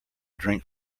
drink